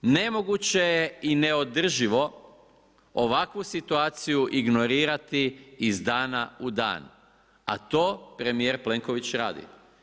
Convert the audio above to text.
Nemoguće je i neodrživo ovakvu situaciju ignorirati iz dana u dan a to premijer Plenković radi.